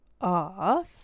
off